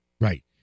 Right